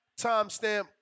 Timestamp